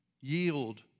yield